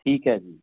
ਠੀਕ ਹੈ ਜੀ